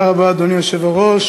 ועדת המדע.